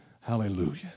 Hallelujah